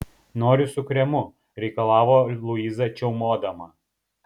noriu su kremu reikalavo luiza čiaumodama